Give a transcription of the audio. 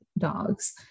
dogs